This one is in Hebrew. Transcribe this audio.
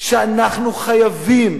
שאנחנו חייבים